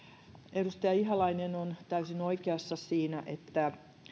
edustaja ihalainen on täysin oikeassa siinä että